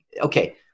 okay